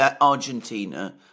Argentina